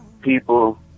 people